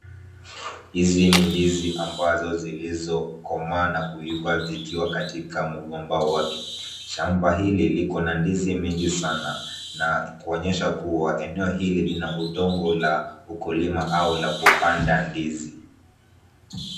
Hizi ni ndizi ambazo zilizo komaa na kuiva zikiwa katika mgomba wake. Shamba hili liko na ndizi mingi sana na kuonyesha kuwa eneo hili lina udongo la ukulima au la kupanda ndizi.